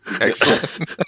Excellent